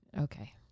Okay